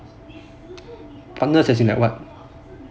partners as in like what